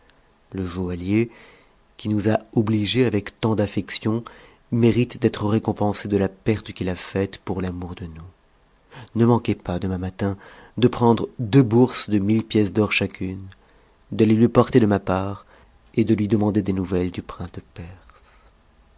le joaillier qui nous a obligés avec tant d'affection mérite d'être récompensé de la perte qu'il a faite pour l'amour de nous ne manquez pas demain matin de prendre deux bourses de mille pièces d'or chacune de les lui porter de ma part et de lui demander des nouvelles du prince de